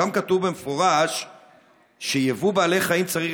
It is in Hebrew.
שם כתוב במפורש שיבוא בעלי חיים צריך